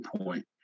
point